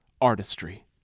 artistry